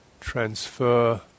transfer